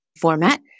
format